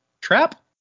trap